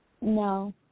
no